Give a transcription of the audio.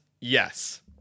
yes